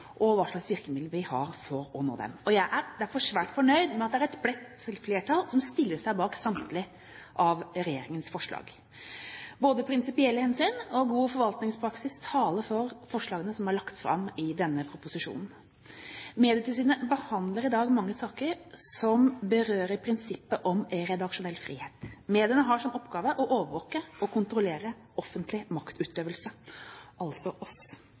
og hva slags virkemidler vi har for å nå det. Jeg er derfor svært fornøyd med at det er et bredt flertall som stiller seg bak samtlige av regjeringens forslag. Både prinsipielle hensyn og god forvaltningspraksis taler for forslagene som er lagt fram i denne proposisjonen. Medietilsynet behandler i dag mange saker som berører prinsippet om redaksjonell frihet. Mediene har som oppgave å overvåke og kontrollere offentlig maktutøvelse, altså oss.